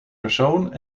persoon